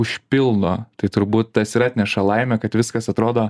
užpildo tai turbūt tas ir atneša laimę kad viskas atrodo